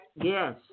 Yes